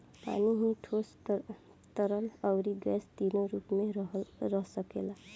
पानी ही ठोस, तरल, अउरी गैस तीनो रूप में रह सकेला